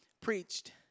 preached